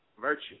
virtue